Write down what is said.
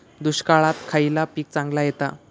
दुष्काळात खयला पीक चांगला येता?